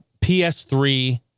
PS3